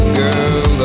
girl